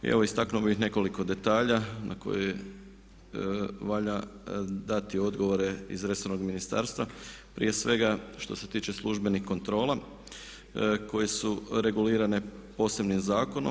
I evo istaknuo bih nekoliko detalja na koje valja dati odgovore iz resornog ministarstva prije svega što se tiče službenih kontrola koje su regulirane posebnih zakonom.